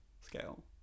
scale